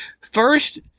First